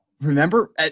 remember